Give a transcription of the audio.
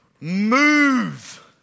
Move